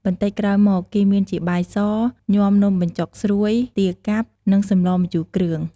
បន្តិចក្រោយមក គេមានជាបាយស ញាំនំបញ្ចុកស្រួយ ទាកាប់ និងសម្លរម្ជូរគ្រឿង។